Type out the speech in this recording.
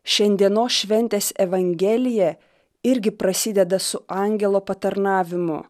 šiandienos šventės evangelija irgi prasideda su angelo patarnavimu